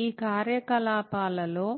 ఈ కార్యకలాపాలలో